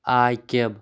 عاقِب